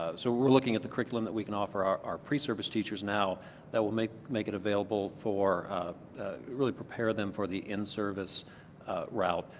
ah so we are looking at the curriculum we can offer our our preservice teachers now that will make make it available for really preparing them for the in-service route.